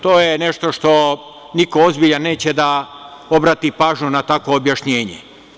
To je nešto što niko ozbiljan neće da obrati pažnju na takvo objašnjenje.